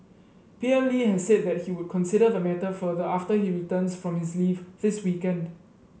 P M Lee has said that he would consider the matter further after he returns from his leave this weekend